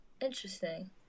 Interesting